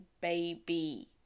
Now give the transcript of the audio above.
baby